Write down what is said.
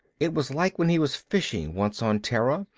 it was like when he was fishing once on terra,